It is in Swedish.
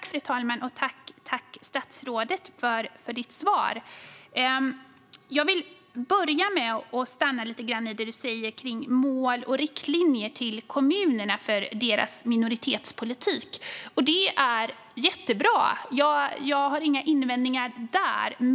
Fru talman! Tack, statsrådet, för svaret! Jag vill börja med att stanna lite grann vid det som statsrådet säger om mål och riktlinjer för kommunerna för deras minoritetspolitik. Det är jättebra; jag har inga invändningar där.